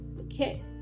Okay